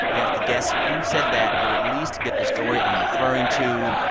you have to guess who said that or at least get the story i'm referring to.